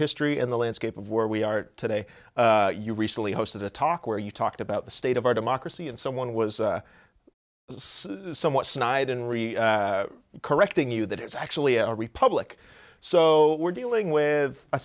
history and the landscape of where we are today you recently hosted a talk where you talked about the state of our democracy and someone was somewhat snide in re correcting you that it's actually a republic so we're dealing with a